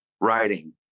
writing